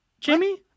Jimmy